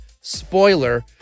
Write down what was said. Spoiler